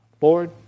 Lord